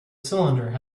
cylinder